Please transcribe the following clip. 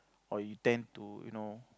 or you tend to you know